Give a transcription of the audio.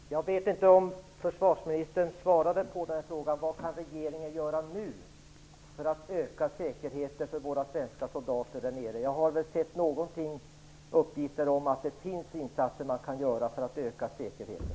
Fru talman! Jag vet inte om försvarsministern svarade på frågan om vad regeringen kan göra nu för att öka säkerheten för våra svenska soldater där nere. Jag har sett någon uppgift om att det finns insatser man kan göra för att öka säkerheten.